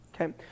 Okay